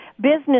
business